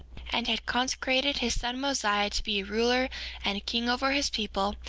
and had consecrated his son mosiah to be a ruler and a king over his people,